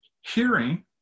hearing